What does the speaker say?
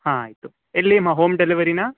ಹಾಂ ಆಯಿತು ಎಲ್ಲಿ ಅಮ್ಮ ಹೋಮ್ ಡೆಲಿವೆರಿಯ